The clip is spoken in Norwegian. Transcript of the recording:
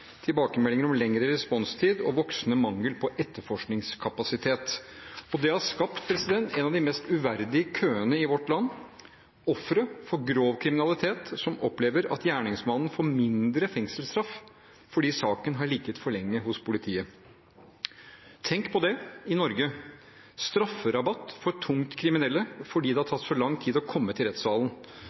etterforskningskapasitet. Dette har skapt en av de mest uverdige køene i vårt land: ofre for grov kriminalitet som opplever at gjerningsmannen får lavere fengselsstraff fordi saken har ligget for lenge hos politiet. Tenk på det – i Norge: strafferabatt for tungt kriminelle fordi det har tatt så lang tid å komme til rettssalen.